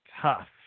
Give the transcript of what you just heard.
tough